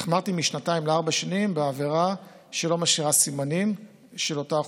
החמרתי משנתיים לארבע שנים בעבירה שלא משאירה סימנים של אותה אוכלוסייה,